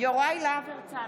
יוראי להב הרצנו,